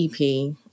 EP